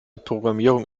programmierung